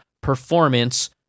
performance